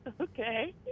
Okay